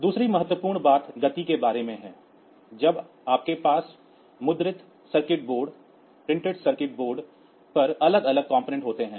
दूसरी महत्वपूर्ण बात गति के बारे में है जब आपके पास मुद्रित सर्किट बोर्ड पर अलग अलग घटक होते हैं